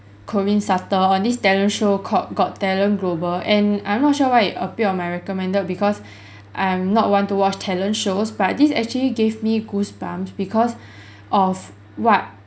corrine sutter on this talent show called got talent global and I'm not sure why it appear on my recommended because I'm not one to watch talent shows but this actually gave me goosebumps because of what